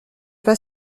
pas